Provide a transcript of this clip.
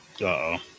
Uh-oh